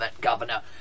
governor